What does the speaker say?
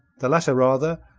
the latter rather,